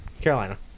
Carolina